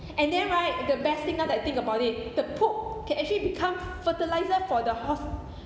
and then right the best thing now that I think about it the poop can actually become fertiliser for the horse